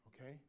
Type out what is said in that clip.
Okay